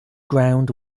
ground